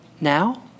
now